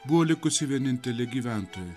buvo likusi vienintelė gyventoja